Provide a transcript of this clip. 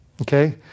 Okay